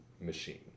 machine